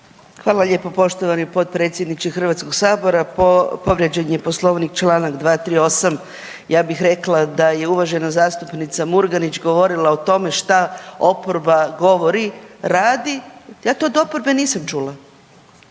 Hvala lijepo poštovani potpredsjedniče HS-a. Povrijeđen je Poslovnik čl. 238. ja bih rekla da je uvažena zastupnica Murganić govorila o tome šta oporba govori radi, ja to od oporbe nisam čula,